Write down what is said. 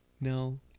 no